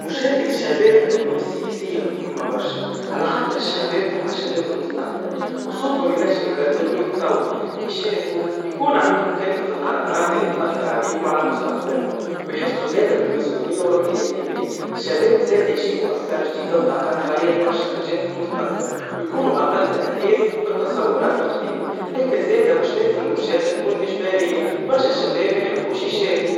مشاركة الشباب في الأمور السياسيا مهما فرشا, على خاطر الشباب هما شباب االمستقبل, وصوتهم ينجم يبدل يبدل ويتطور, يشاركوا, يكون عندهم كلمة في القررارات اللي تأثر عليهم وعلى مستقبلهم, ويحسوا زادا بالمسؤوليا وروح الإنتماء, الشباب زادا يجيبوا أفكار جديدا, وطاقا تغير برشا حاجات في المستقبل, ويكونوا أقل تأثير بالتصورات القديما, لكن زادا مش لازم المشاركا تكون إجباريا, برشا الشباب ميحبوش يشاركوا